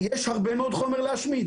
יש הרבה מאוד חומר להשמיד,